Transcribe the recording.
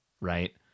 right